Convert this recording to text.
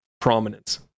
prominence